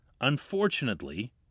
Unfortunately